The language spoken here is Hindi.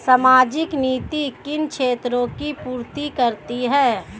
सामाजिक नीति किन क्षेत्रों की पूर्ति करती है?